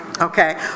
Okay